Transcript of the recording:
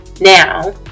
now